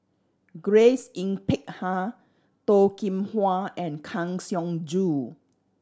Grace Yin Peck Ha Toh Kim Hwa and Kang Siong Joo